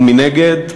ומנגד,